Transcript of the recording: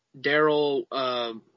Daryl –